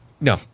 no